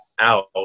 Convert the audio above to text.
out